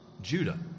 Judah